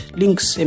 Links